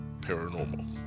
paranormal